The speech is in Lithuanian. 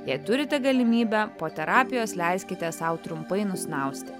jei turite galimybę po terapijos leiskite sau trumpai nusnausti